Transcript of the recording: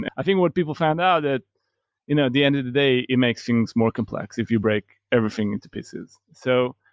and i think what people found out at you know the end of the day, it makes things more complex if you break everything into pieces. so,